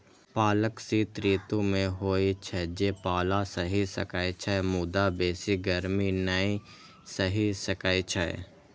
पालक शीत ऋतु मे होइ छै, जे पाला सहि सकै छै, मुदा बेसी गर्मी नै सहि सकै छै